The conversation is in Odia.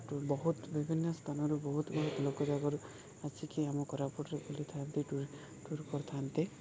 ବହୁତ ବିଭିନ୍ନ ସ୍ଥାନରୁ ବହୁତ ବହୁତ ଲୋକ ଯାଗାରୁ ଆସିକି ଆମ କୋରାପୁଟରେ ବୁଲିଥାନ୍ତି ଟୁର୍ କରିଥାନ୍ତି